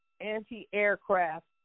anti-aircraft